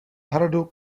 hradu